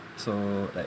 so like